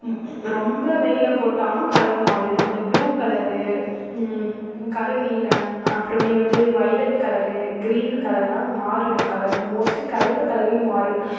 ரொம்ப வெயிலில் போட்டாலும் கலர் மாறிடும் அந்த ப்ளூ கலரு கருநீலம் அப்புறமே வந்து வைலட் கலரு க்ரீன் கலரெலாம் மாறிடும் கலரு மோஸ்ட்லி கருப்பு கலரே மாறிவிடும்